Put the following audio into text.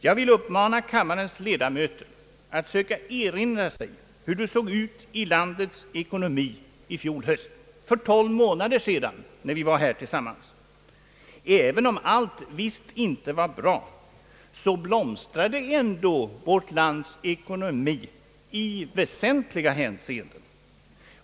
Jag vill uppmana kammarens ledamöter att söka erinra sig hur det såg ut i landets ekonomi i fjol höst, för tolv månader sedan, när vi var tillsammans här. Även om allt visst inte var bra, så blomstrade ändå vårt lands ekonomi i väsentliga hänseenden.